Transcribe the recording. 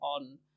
on